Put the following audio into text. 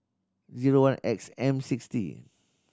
zero one X M six T